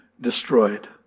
destroyed